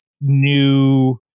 new